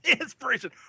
Inspiration